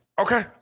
Okay